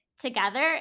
together